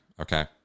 okay